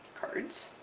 cards.